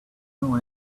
know